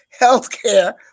healthcare